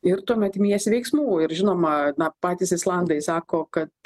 ir tuomet imiesi veiksmų ir žinoma patys islandai sako kad